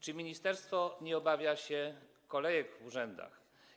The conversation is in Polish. Czy ministerstwo nie obawia się kolejek w urzędach?